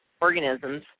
organisms